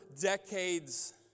decades